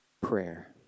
prayer